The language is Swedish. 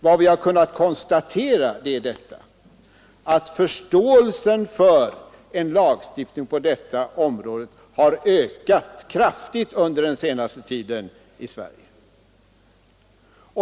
Vad vi har kunnat konstatera är att förståelsen för en lagstiftning på detta område har ökat kraftigt under den senaste tiden här i Sverige.